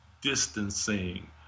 distancing